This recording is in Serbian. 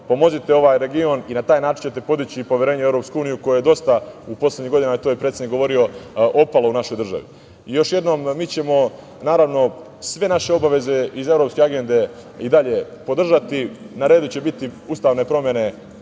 pomozite ovaj region i na taj način ćete podići poverenje u EU koje je dosta u poslednjim godinama, to je predsednik govorio, opalo u našoj državi. Još jednom, mi ćemo, naravno, sve naše obaveze iz Evropske agende i dalje podržati. Na redu će biti ustavne promene